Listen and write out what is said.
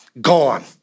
Gone